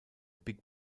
big